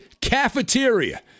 cafeteria